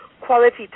quality